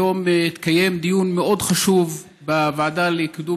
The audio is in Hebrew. היום התקיים דיון מאוד חשוב בוועדה לקידום